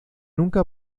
nunca